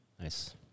Nice